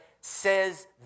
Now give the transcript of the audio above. says